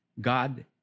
God